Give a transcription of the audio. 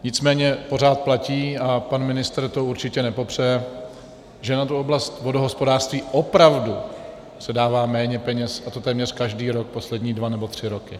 Nicméně pořád platí, a pan ministr to určitě nepopře, že na tu oblast vodohospodářství opravdu se dává méně peněz, a to téměř každý rok poslední dva nebo tři roky.